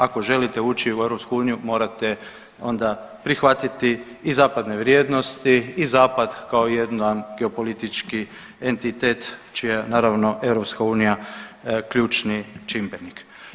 Ako ste, ako želite ući u EU morate onda prihvatiti i zapadne vrijednosti i zapad kao jedan geopolitički entitet čija je naravno EU ključni čimbenik.